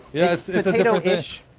yeah so it's potato-ish,